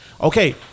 Okay